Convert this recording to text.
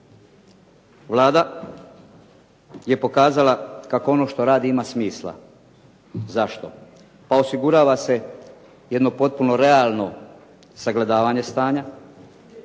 Vlada je pokazala kako ono što radi ima smisla. Zašto? Pa osigurava se jedno potpuno realno sagledavanje stanja,